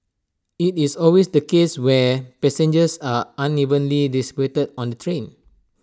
IT is always the case where passengers are unevenly distributed on the train